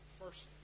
first